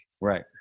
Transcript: Right